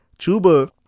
Chuba